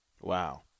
Wow